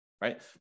Right